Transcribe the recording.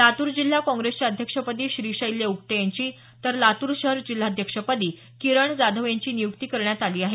लातूर जिल्हा काँग्रेसच्या अध्यक्षपदी श्रीशैल्य उटगे यांची तर लातूर शहर जिल्हाध्यक्षपदी किरण जाधव यांची नियुक्ती करण्यात आली आहे